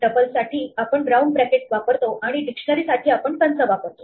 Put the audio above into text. टपल्ससाठी आपण round brackets वापरतो आणि डिक्शनरी साठी आपण कंस वापरतो